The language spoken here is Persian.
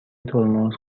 ترمز